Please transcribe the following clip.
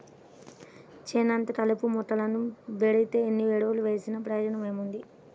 చేనంతా కలుపు మొక్కలు బెరిగితే ఎన్ని ఎరువులు వేసినా ప్రయోజనం ఏముంటది